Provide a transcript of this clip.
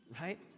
right